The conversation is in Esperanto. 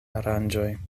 aranĝoj